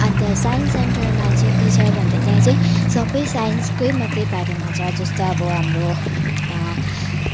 अन्त साइन्स सेन्टरमा चाहिँ के छ भन्दा त्यहाँ चाहिँ सबै साइन्सकै मात्रै बारेमा छ जस्तै अब हाम्रो